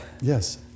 Yes